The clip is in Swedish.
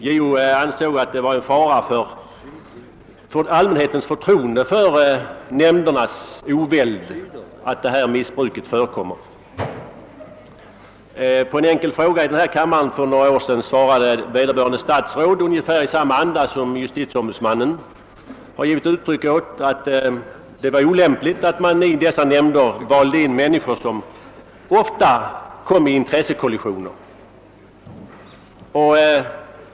JO ansåg det innebära risker när det gällde allmän hetens förtroende för dessa nämnder, om sådant missbruk förekom. På en enkel fråga i denna kammare för något år sedan svarade vederbörande statsråd i ungefär samma anda som JO hade givit uttryck åt, nämligen att det var olämpligt att i dessa nämnder välja in människor med privata intressen i byggnadsverksamheten, eftersom de i så fall kommer i intressekollisioner.